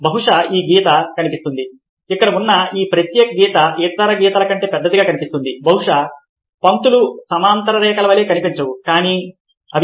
బహుశా ఈ గీత కనిపిస్తుంది ఇక్కడ ఉన్న ఈ ప్రత్యేక గీత ఇతర గీతల కంటే పెద్దదిగా కనిపిస్తుంది బహుశా ఈ పంక్తులు సమాంతర రేఖల వలె కనిపించవు కానీ అవి